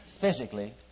physically